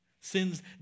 sin's